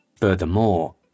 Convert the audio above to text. Furthermore